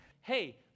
Hey